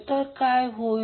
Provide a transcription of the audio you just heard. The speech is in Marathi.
तर काय होईल